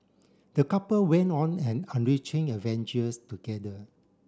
the couple went on an enriching adventures together